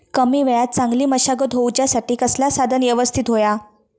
कमी वेळात चांगली मशागत होऊच्यासाठी कसला साधन यवस्तित होया?